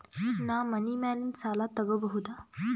ನಾ ಮನಿ ಮ್ಯಾಲಿನ ಸಾಲ ತಗೋಬಹುದಾ?